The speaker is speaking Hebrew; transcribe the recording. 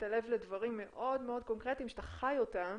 הלב לדברים מאוד קונקרטיים שאתה חי אותם,